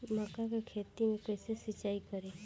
मका के खेत मे कैसे सिचाई करी?